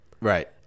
Right